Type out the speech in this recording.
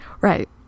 Right